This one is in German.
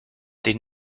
die